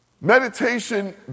Meditation